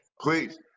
Please